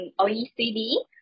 OECD